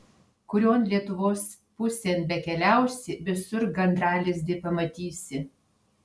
kurion lietuvos pusėn bekeliausi visur gandralizdį pamatysi